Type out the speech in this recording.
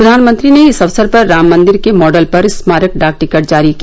प्रधानमंत्री ने इस अवसर पर राम मन्दिर के मॉडल पर स्मारक डाक टिकट जारी किया